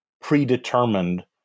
predetermined